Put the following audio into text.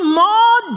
more